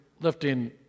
lifting